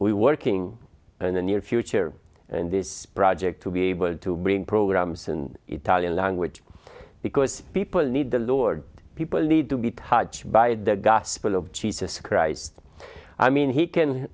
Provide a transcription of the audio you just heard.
we working in the near future and this project to be able to bring programs in italian language because people need the lord people need to be touched by the gospel of jesus christ i mean he can